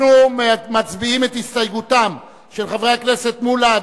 אנחנו מצביעים על הסתייגותם של חברי הכנסת שלמה מולה,